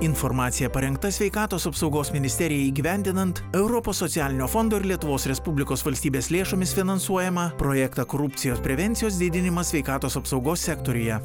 informacija parengta sveikatos apsaugos ministerijai įgyvendinant europos socialinio fondo ir lietuvos respublikos valstybės lėšomis finansuojamą projektą korupcijos prevencijos didinimas sveikatos apsaugos sektoriuje